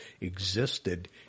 existed